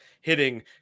hitting